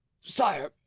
Sire